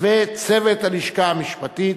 וצוות הלשכה המשפטית,